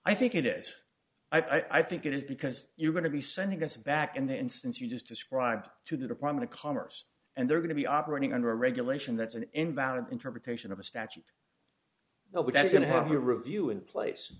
i think it is i think it is because you're going to be sending us back in the instance you just described to the department of commerce and they're going to be operating under a regulation that's an invalid interpretation of a statute that we that's going to have a review in place